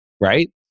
right